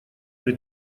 при